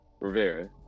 Rivera